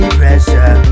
pressure